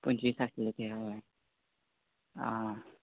पंचीस आसले ते हय आं